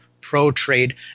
pro-trade